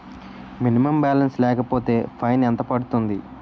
Minimum balance లేకపోతే fine ఎంత పడుతుంది?